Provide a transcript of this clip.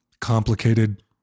complicated